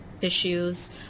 issues